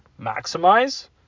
maximize